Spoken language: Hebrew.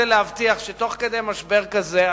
להבטיח שתוך כדי משבר כזה,